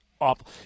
awful